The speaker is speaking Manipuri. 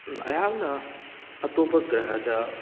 ꯑꯩꯍꯥꯛꯅꯥ ꯑꯇꯣꯞꯄ ꯒ꯭ꯔꯍꯗ